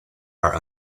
are